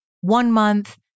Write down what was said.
one-month